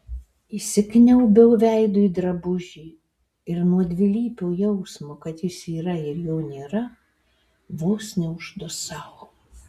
įsikniaubiau veidu į drabužį ir nuo dvilypio jausmo kad jis yra ir jo nėra vos neuždusau